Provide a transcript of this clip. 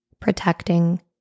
Protecting